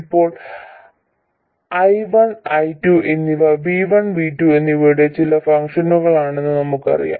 ഇപ്പോൾ I1 I2 എന്നിവ V1 V2 എന്നിവയുടെ ചില ഫംഗ്ഷനുകളാണെന്ന് നമുക്കറിയാം